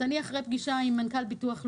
אני אחרי פגישה עם מנכ"ל ביטוח לאומי.